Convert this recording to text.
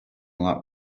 lot